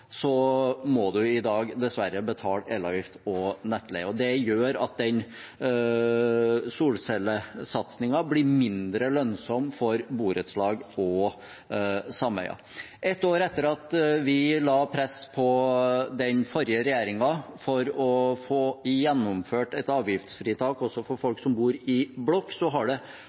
må du i dag dessverre betale elavgift og nettleie, og det gjør at den solcellesatsingen blir mindre lønnsom for borettslag og sameier. Ett år etter at vi la press på den forrige regjeringen for å få gjennomført et avgiftsfritak også for folk som bor i blokk, har det